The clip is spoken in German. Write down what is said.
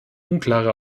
unklare